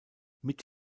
mit